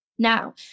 Now